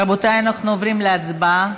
רבותיי, אנחנו עוברים להצבעה.